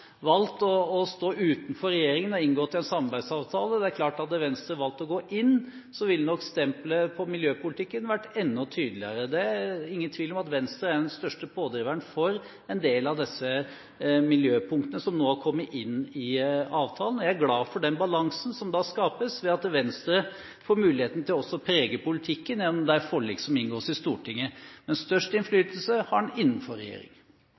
valgt å gå inn, er det klart at deres stempel på miljøpolitikken ville vært enda tydeligere. Det er ingen tvil om at Venstre er den største pådriveren for en del av disse miljøpunktene som nå har kommet inn i avtalen. Jeg glad for den balansen som da skapes, ved at Venstre får muligheten til også å prege politikken gjennom forlikene som inngås i Stortinget. Men størst innflytelse har man innenfor